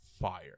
Fire